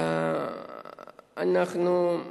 נתקלנו בדברים